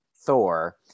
Thor